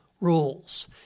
rules